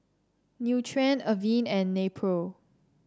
Nutren Avene and Nepro